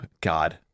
God